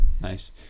Nice